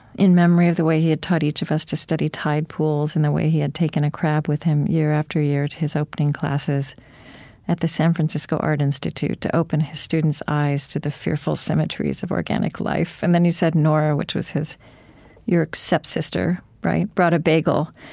in memory of the way he had taught each of us to study tide pools and the way he had taken a crab with him year after year to his opening classes at the san francisco art institute to open his students' eyes to the fearful symmetries of organic life. and then, you said, nora, which was his your stepsister, brought a bagel,